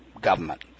government